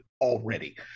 already